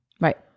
right